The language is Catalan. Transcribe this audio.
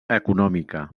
econòmica